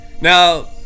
Now